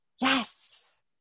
Yes